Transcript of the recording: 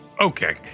Okay